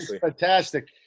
Fantastic